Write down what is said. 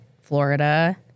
Florida